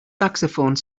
saxophone